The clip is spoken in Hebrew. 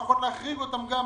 להחריג אותם גם?